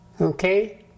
Okay